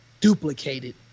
duplicated